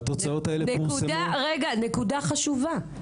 זו נקודה חשובה.